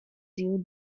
you